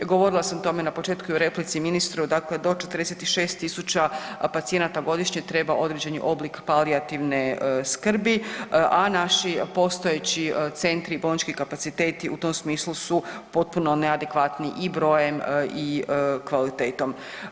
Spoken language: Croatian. Govorila sam o tome na početku i u replici ministru, dakle do 46.000 pacijenata godišnje treba određeni oblik palijativne skrbi, a naši postojeći centri i bolnički kapaciteti u tom smislu su potpuno neadekvatni i brojem i kvalitetom.